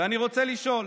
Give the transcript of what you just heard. ואני רוצה לשאול: